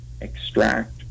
extract